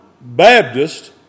Baptist